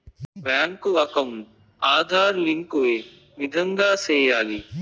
Bank account Aadhaar link ఏ విధంగా సెయ్యాలి?